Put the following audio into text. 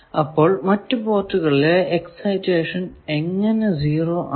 അപ്പോൾ മറ്റു പോർട്ടുകളിലെ എക്സൈറ്റഷൻ എങ്ങനെ 0 ആക്കും